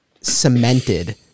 cemented